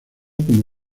como